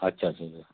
अच्छा अच्छा अच्छा